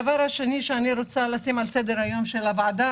הדבר השני שאני רוצה לשים על סדר היום של הוועדה,